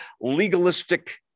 legalistic